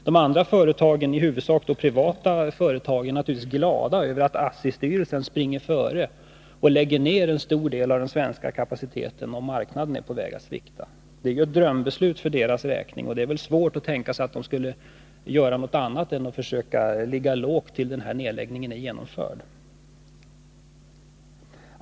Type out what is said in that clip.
De andra företagen, i huvudsak privata företag, är naturligtvis glada över att ASSI-styrelsen springer före och lägger ned en stor del av den svenska kapaciteten om marknaden är på väg att svikta. Det är ju ett drömbeslut ur deras synvinkel, och det är svårt att tänka sig att de skall göra något annat än försöka ligga lågt tills nedläggningen är genomförd.